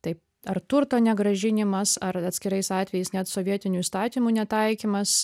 taip ar turto negrąžinimas ar atskirais atvejais net sovietinių įstatymų netaikymas